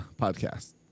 podcast